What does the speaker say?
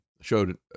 showed